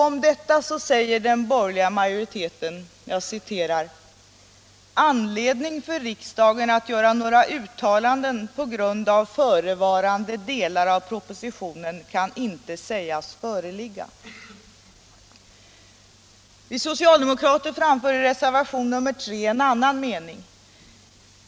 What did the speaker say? Om detta säger den borgerliga majoriteten: ”Anledning för riksdagen att göra några uttalanden på grund av förevarande delar av propositionen kan inte sägas föreligga.” Vi socialdemokrater framför i reservationen 3 en annan mening.